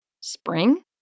Spring